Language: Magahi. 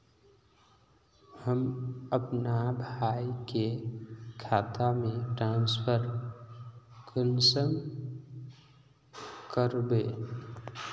हम अपना भाई के खाता में ट्रांसफर कुंसम कारबे?